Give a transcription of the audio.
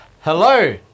Hello